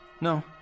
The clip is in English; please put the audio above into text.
No